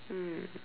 mm